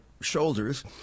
shoulders